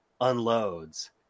unloads